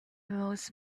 most